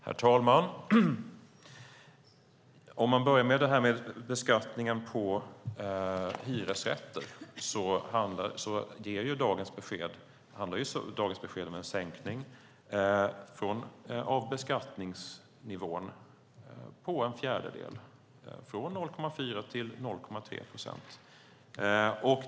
Herr talman! Låt mig börja med det här med beskattningen på hyresrätter. Dagens besked handlar om en sänkning av beskattningsnivån med en fjärdedel, från 0,4 procent till 0,3 procent.